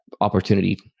opportunity